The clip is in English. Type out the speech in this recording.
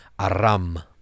Aram